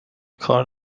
کار